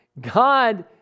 God